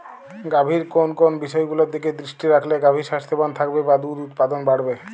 গাভীর কোন কোন বিষয়গুলোর দিকে দৃষ্টি রাখলে গাভী স্বাস্থ্যবান থাকবে বা দুধ উৎপাদন বাড়বে?